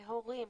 להורים,